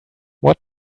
what